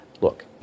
Look